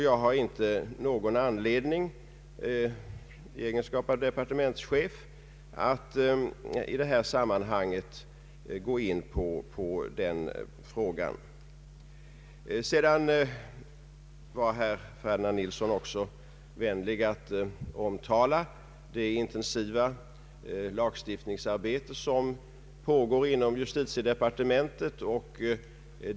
Jag har inte någon anledning, i egenskap av departementschef, att i detta sammanhang gå in på den frågan. Herr Ferdinand Nilsson var också vänlig att tala om det intensiva lagstiftningsarbete som pågår inom justitiedepartementet.